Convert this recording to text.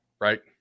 right